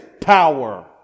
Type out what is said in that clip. power